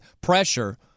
pressure